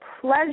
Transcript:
pleasure